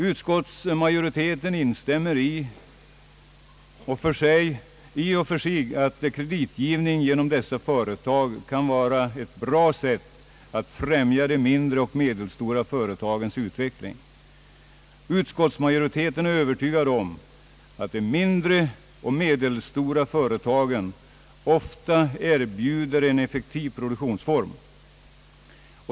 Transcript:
Utskottsmajoriteten instämmer i och för sig i att kreditgivning genom dessa företag kan vara ett bra sätt att främja de mindre och medelstora företagens utveckling; utskottsmajoriteten är övertygad om att de mindre och medelstora företagen ofta erbjuder en effektiv produktionsform.